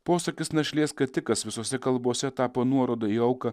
posakis našlės skatikas visose kalbose tapo nuoroda į auką